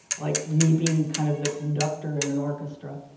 like me being kind of the conductor in an orchestra.